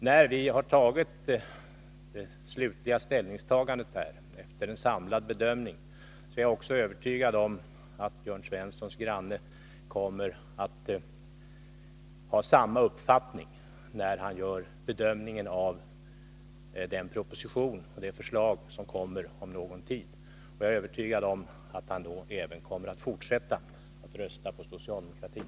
När vi har gjort det slutliga ställningstagandet och efter det att en samlad bedömning föreligger är jag övertygad om att Jörn Svenssons granne kommer att ha samma uppfattning när han gör en bedömning av den proposition och de förslag som kommer om någon tid. Vidare är jag övertygad om att han även kommer att fortsätta rösta på socialdemokratin.